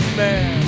man